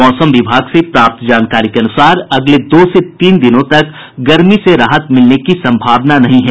मौसम विभाग से प्राप्त जानकारी के अनुसार अगले दो से तीन दिनों तक गर्मी से राहत मिलने की सम्भावना नहीं है